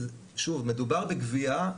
מדובר בגבייה,